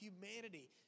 humanity